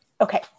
Okay